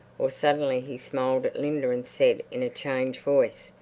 or suddenly he smiled at linda and said in a changed voice,